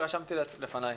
רשמתי לפניי.